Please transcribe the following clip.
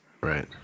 Right